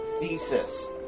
thesis